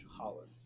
Holland